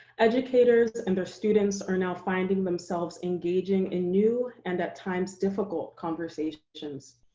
educators and their students are now finding themselves engaging in new, and at times difficult, conversations.